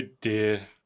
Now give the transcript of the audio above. dear